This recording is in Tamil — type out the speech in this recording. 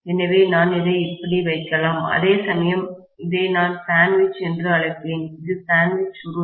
எனவே நான் இதை இப்படி வைக்கலாம் அதேசமயம் இதை நான் சாண்ட்விச் என்று அழைப்பேன் இது சாண்ட்விச் சுருள்